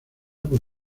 por